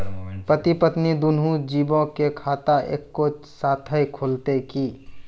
पति पत्नी दुनहु जीबो के खाता एक्के साथै खुलते की?